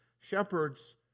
shepherds